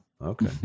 Okay